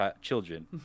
children